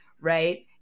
right